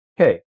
okay